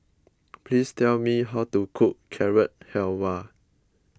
please tell me how to cook Carrot Halwa